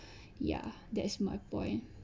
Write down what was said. ya that's my point